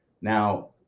Now